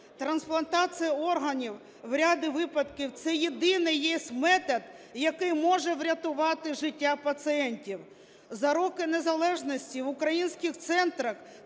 Трансплантація органів - в ряді випадків це єдиний є метод, який може врятувати життя пацієнтів. За роки незалежності в українських центрах